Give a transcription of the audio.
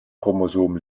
chromosom